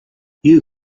you